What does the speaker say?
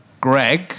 Greg